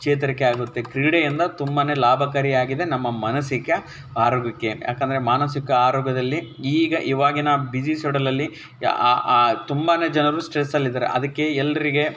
ಚೇತರಿಕೆ ಆಗುತ್ತೆ ಕ್ರೀಡೆಯಿಂದ ತುಂಬಾ ಲಾಭಕಾರಿ ಆಗಿದೆ ನಮ್ಮ ಮಾನಸಿಕ ಆರೋಗ್ಯಕ್ಕೆ ಯಾಕಂದರೆ ಮಾನಸಿಕ ಆರೋಗ್ಯದಲ್ಲಿ ಈಗ ಇವಾಗಿನ ಬ್ಯುಸಿ ಸೆಡ್ಯೂಲಲ್ಲಿ ತುಂಬಾ ಜನರು ಸ್ಟ್ರೆಸಲ್ಲಿದ್ದಾರೆ ಅದಕ್ಕೆ ಎಲ್ಲರಿಗೆ